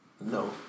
No